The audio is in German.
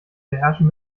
beherrschen